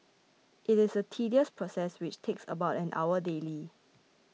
it is a tedious process which takes about an hour daily